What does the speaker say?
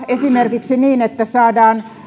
esimerkiksi niin että saadaan